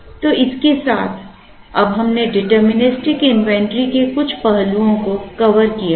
तो इसके साथ अब हमने डिटरमिनिस्टिक इन्वेंटरी के कुछ पहलुओं को कवर किया है